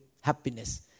happiness